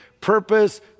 purpose